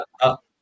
Up